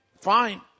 fine